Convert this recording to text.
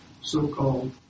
so-called